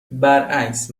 برعکس